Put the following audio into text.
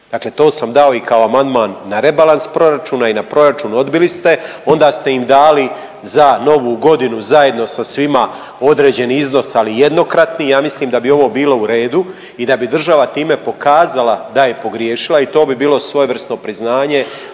Dakle, to sam dao i kao amandman na rebalans proračuna i na proračun, odbili ste. Onda ste im dali za Novu godinu zajedno sa svima određeni iznos ali jednokratni. Ja mislim da bi ovo bilo u redu i da bi država time pokazala da je pogriješila i to bi bilo svojevrsno priznaje